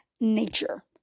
nature